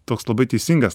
toks labai teisingas